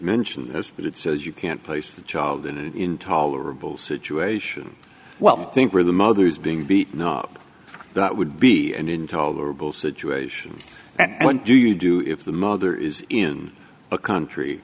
mention this but it says you can't place the child in an intolerable situation well think where the mother is being beaten up that would be an intolerable situation what do you do if the mother is in a country